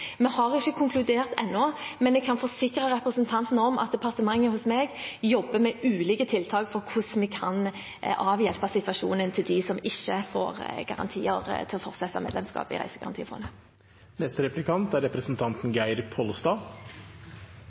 Vi har ikke konkludert ennå, men jeg kan forsikre representanten om at departementet hos meg jobber med ulike tiltak for hvordan vi kan avhjelpe situasjonen for dem som ikke får garantier til å fortsette med lønnsgapet i Reisegarantifondet.